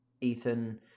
Ethan